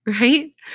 right